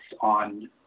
on